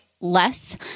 less